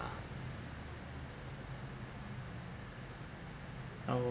oh